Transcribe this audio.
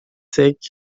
secs